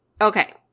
Okay